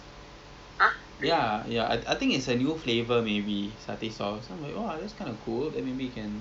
okay okay ya alright kita jadi serious um apa kita nak berbual eh um